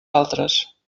altres